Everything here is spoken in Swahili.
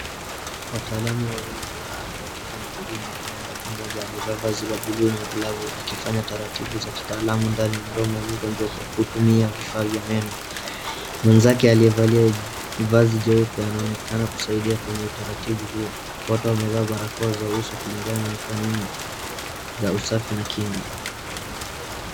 Wataalamu wawili wa afya wakifanya huduma ya meno. ,Mmoja amevaa vazi la buluu na glavu akifanya taratibu za kitaalamu ndani ya mdomo ya mgonjwa huyu kwa kutumia vifaa vya meno. Mwenzake aliyevalia vazi jaupe anaonekana kusaidia kwenye utaratibu huo. Wote wamevaa barakoa za uso kulingana na kanuni za usafi na kinga